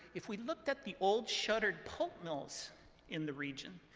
if we looked at the old shuttered pulp mills in the region,